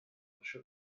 frische